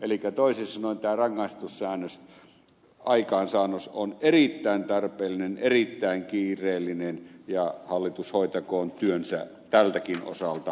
elikkä toisin sanoen tämä rangaistussäännösaikaansaannos on erittäin tarpeellinen erittäin kiireellinen ja hallitus hoitakoon työnsä tältäkin osalta päätökseen